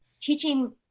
Teaching